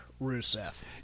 Rusev